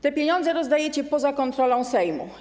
Te pieniądze rozdajecie poza kontrolą Sejmu.